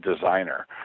designer